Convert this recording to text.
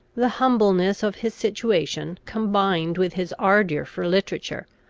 the humbleness of his situation, combined with his ardour for literature,